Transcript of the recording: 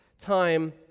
time